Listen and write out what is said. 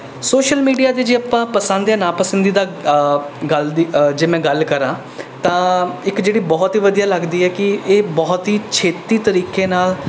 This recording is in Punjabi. ਸੋਸ਼ਲ ਮੀਡੀਆ ਦੀ ਜੇ ਆਪਾਂ ਪਸੰਦ ਜਾਂ ਨਾਪਸੰਦੀਦਾ ਗੱਲ ਦੀ ਜੇ ਮੈਂ ਗੱਲ ਕਰਾਂ ਤਾਂ ਇੱਕ ਜਿਹੜੀ ਬਹੁਤ ਹੀ ਵਧੀਆ ਲੱਗਦੀ ਹੈ ਕਿ ਇਹ ਬਹੁਤ ਹੀ ਛੇਤੀ ਤਰੀਕੇੇ ਨਾਲ਼